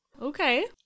Okay